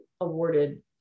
awarded